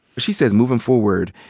she says, moving forward,